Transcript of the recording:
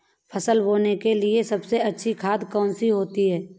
फसल बोने के लिए सबसे अच्छी खाद कौन सी होती है?